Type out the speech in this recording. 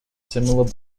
similar